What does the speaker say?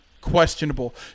questionable